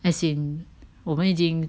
as in 我们已经